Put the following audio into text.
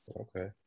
Okay